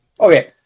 Okay